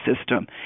system